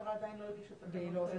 והמשטרה עדין לא הגישה תקנות כאלה.